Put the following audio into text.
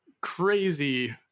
crazy